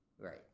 Right